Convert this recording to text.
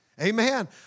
Amen